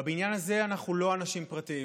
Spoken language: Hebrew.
בבניין הזה אנחנו לא אנשים פרטיים,